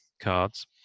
cards